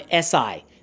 SI